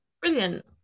Brilliant